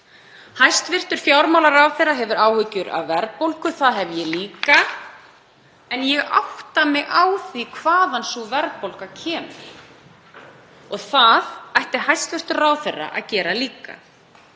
Hæstv. fjármálaráðherra hefur áhyggjur af verðbólgu. Það hef ég líka en ég átta mig á því hvaðan sú verðbólga kemur og það ætti hæstv. ráðherra að gera líka.